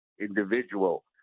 individual